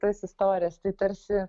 tas istorijas tai tarsi